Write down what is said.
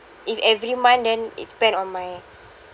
if every month then is spent on my